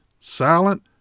silent